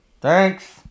Thanks